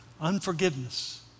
unforgiveness